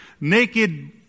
naked